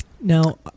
Now